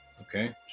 Okay